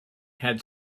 had